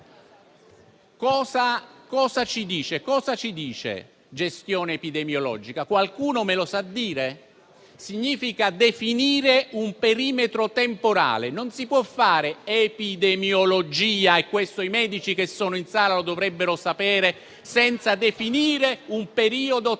Cosa ci dice tale locuzione? Qualcuno me lo sa dire? Significa definire un perimetro temporale. Non si può fare epidemiologia, e questo i medici che sono in Aula lo dovrebbero sapere, senza definire un periodo temporale.